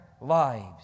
lives